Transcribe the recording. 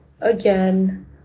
again